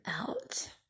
out